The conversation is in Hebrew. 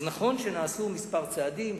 אז נכון שנעשו כמה צעדים,